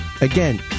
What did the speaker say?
Again